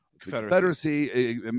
Confederacy